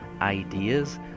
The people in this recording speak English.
ideas